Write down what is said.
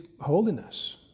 holiness